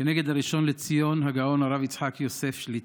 כנגד הראשון לציון, הגאון הרב יצחק יוסף שליט"א,